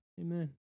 amen